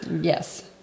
yes